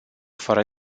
fără